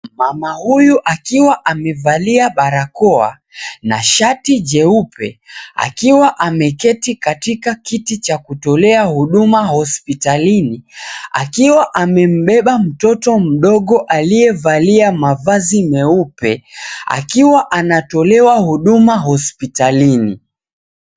Mama huyu akiwa amevalia barakoa na shati jeupe, akiwa ameketi katika kiti cha kutolea huduma hospitalini, akiwa amembeba mtoto mdogo aliyevalia mavazi meupe, akiwa anatolewa huduma hospitalini.